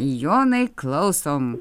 jonai klausom